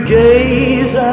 gaze